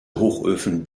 hochöfen